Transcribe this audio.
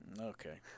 okay